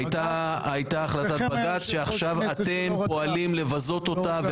הייתה החלטת בג"ץ שעכשיו אתם פועלים לבזות אותה.